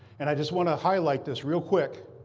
and i just want to highlight this real quick,